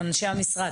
אנשי המשרד